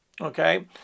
Okay